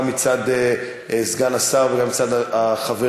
גם מצד סגן השר וגם מצד החברים,